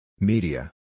Media